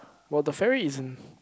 well the fair way as in